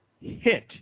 hit